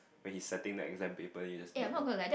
when he's setting the exam paper you just do